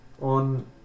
on